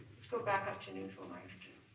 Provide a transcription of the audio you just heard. let's go back up to neutral nitrogen.